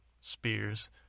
spears